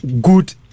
good